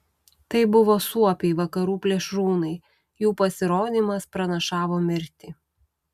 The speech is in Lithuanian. tai buvo suopiai vakarų plėšrūnai jų pasirodymas pranašavo mirtį